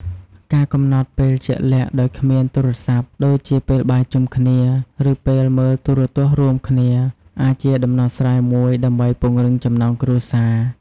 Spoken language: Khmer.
ការកំណត់ពេលជាក់លាក់ដោយគ្មានទូរស័ព្ទ ដូចជាពេលបាយជុំគ្នា ឬពេលមើលទូរទស្សន៍រួមគ្នា អាចជាដំណោះស្រាយមួយដើម្បីពង្រឹងចំណងគ្រួសារ។